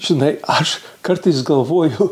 žinai aš kartais galvoju